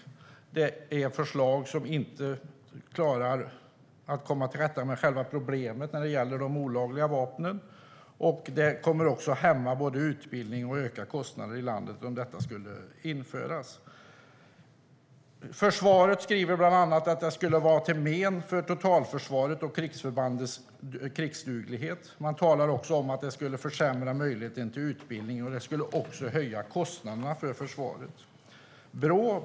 Förslaget kommer inte att leda till att man klarar av att komma till rätta med själva problemet med de olagliga vapnen. Förslaget kommer också, om det införs, att hämma utbildning och öka kostnaderna i landet. Försvaret skriver bland annat att det skulle vara till men för totalförsvaret och krigsförbandens krigsduglighet. Man talar också om att det skulle försämra möjligheten till utbildning. Det skulle också höja kostnaderna för försvaret.